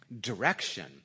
direction